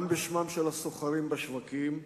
גם בשמם של הסוחרים בשווקים.